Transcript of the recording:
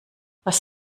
was